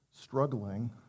struggling